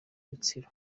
rutsiro